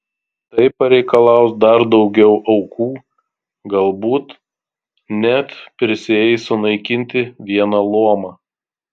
tai pareikalaus dar daugiau aukų galbūt net prisieis sunaikinti vieną luomą